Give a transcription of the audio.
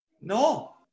No